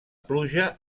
pluja